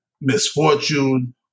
misfortune